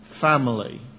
family